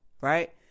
right